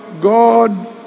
God